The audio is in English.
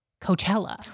coachella